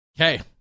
Okay